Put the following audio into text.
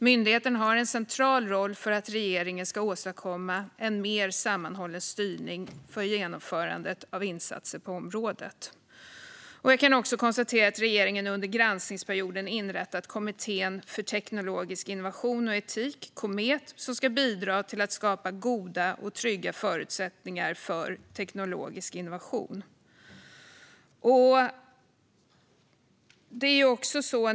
Myndigheten har en central roll för att regeringen ska åstadkomma en mer sammanhållen styrning och ett genomförande av insatser på området. Jag konstaterar även att regeringen under granskningsperioden inrättat Kommittén för teknologisk innovation och etik, Komet, som ska bidra till att skapa goda och trygga förutsättningar för teknologisk innovation.